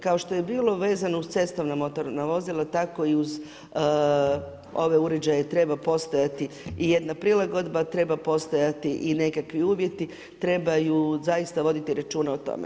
Kao što je bilo vezano uz cestovna motorna vozila tako i uz ove uređaje treba postojati i jedna prilagodba, treba postojati i nekakvi uvjeti, trebaju zaista voditi računa o tome.